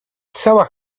cała